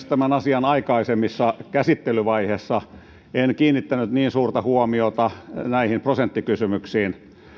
tämän asian aikaisemmissa käsittelyvaiheissa en kiinnittänyt niin suurta huomiota näihin prosenttikysymyksiin